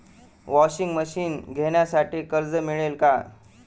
Washing machine घेण्यासाठी कर्ज मिळेल का?